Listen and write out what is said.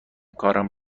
کارم